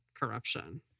corruption